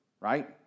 right